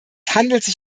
handelt